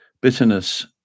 Bitterness